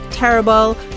Terrible